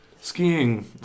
skiing